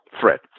threat